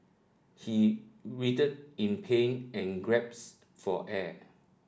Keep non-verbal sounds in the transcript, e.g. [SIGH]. he writhed in pain and [UNINTELLIGIBLE] for air